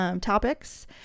topics